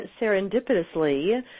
serendipitously